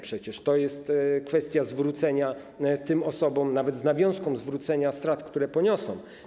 Przecież to jest kwestia zwrócenia tym osobom nawet z nawiązką strat, które poniosą.